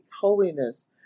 Holiness